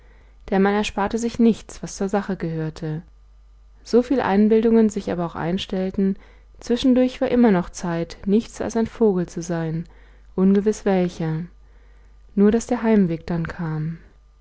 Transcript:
denn man ersparte sich nichts was zur sache gehörte soviel einbildungen sich aber auch einstellten zwischendurch war immer noch zeit nichts als ein vogel zu sein ungewiß welcher nur daß der heimweg dann kam